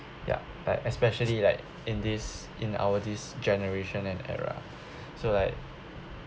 ya like especially like in this in our this generation and era so like